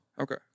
Okay